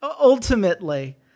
Ultimately